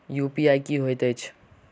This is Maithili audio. यु.पी.आई की होइत अछि